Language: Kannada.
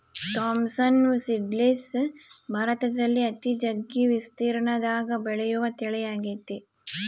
ಥೋಮ್ಸವ್ನ್ ಸೀಡ್ಲೆಸ್ ಭಾರತದಲ್ಲಿ ಅತಿ ಜಗ್ಗಿ ವಿಸ್ತೀರ್ಣದಗ ಬೆಳೆಯುವ ತಳಿಯಾಗೆತೆ